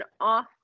off